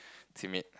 timid